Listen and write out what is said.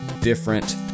different